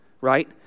right